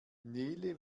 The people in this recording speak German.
nele